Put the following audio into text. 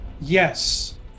Yes